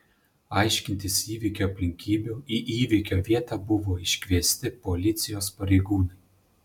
aiškintis įvykio aplinkybių į įvykio vietą buvo iškviesti policijos pareigūnai